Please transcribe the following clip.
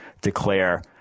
declare